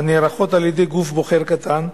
הנערכות על-ידי גוף בוחר קטן,